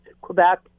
Quebec